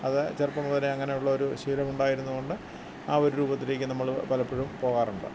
അത് ചെറുപ്പം മുതലേ അങ്ങനെയുള്ളൊരു ശീലം ഉണ്ടായിരുന്നതുകൊണ്ട് ആ ഒരു രൂപത്തിലേക്ക് നമ്മൾ പലപ്പോഴും പോകാറുണ്ട്